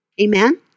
Amen